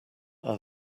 are